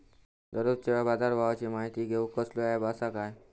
दररोजच्या बाजारभावाची माहिती घेऊक कसलो अँप आसा काय?